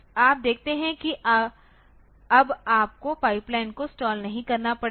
तो आप देखते हैं कि अब आपको पाइपलाइन को स्टाल नहीं करना पड़ेगा